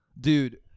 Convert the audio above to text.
Dude